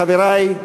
חברי,